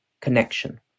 connection